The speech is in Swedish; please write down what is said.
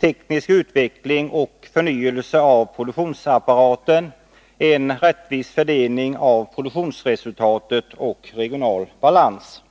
teknisk utveckling och förnyelse av produktionsapparaten, en rättvis fördelning av produktionsresultatet och regional balans.